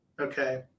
Okay